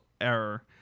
error